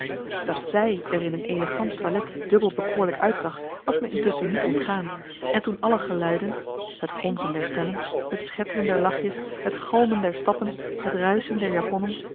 dat zij er in een elegant toilet dubbel bekoorlijk uitzag was me intusschen niet ontgaan en toen alle geluiden het gonzen der stemmen het schetteren der lachjes het galmen der stappen het ruischen der japonnen